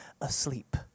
asleep